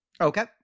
Okay